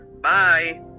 Bye